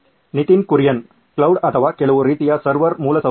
Nitin Kurian cloud ಅಥವಾ ಕೆಲವು ರೀತಿಯ ಸರ್ವರ್ ಮೂಲಸೌಕರ್ಯ